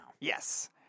Yes